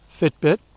Fitbit